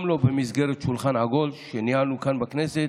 גם לא במסגרת שולחן עגול שניהלנו כאן, בכנסת,